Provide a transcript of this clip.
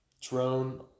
drone